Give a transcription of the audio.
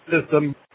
system